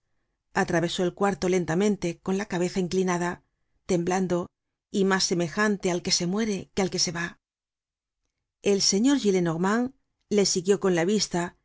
atravesó el cuarto lentamente con la cabeza inclinada temblando y mas semejante al que se muere que al que se va el señor gillenormand le siguió con la vista